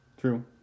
True